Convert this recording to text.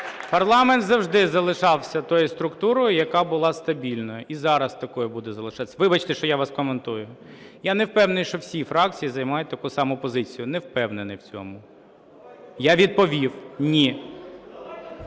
парламент завжди залишався тою структурою, яка була стабільною, і зараз такою буде залишатися. Вибачте, що я вас коментую. Я не впевнений, що всі фракції займають таку саму позицію. Не впевнений в цьому. (Шум у залі)